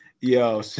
Yo